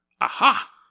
Aha